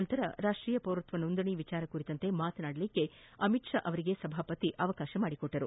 ನಂತರ ರಾಷ್ಟೀಯ ಪೌರತ್ವ ನೋಂದಣಿ ವಿಷಯ ಕುರಿತಂತೆ ಮಾತನಾಡಲು ಅಮಿತ್ ಷಾ ಅವರಿಗೆ ಸಭಾಪತಿ ಅವಕಾಶ ಮಾಡಿಕೊಟ್ಲರು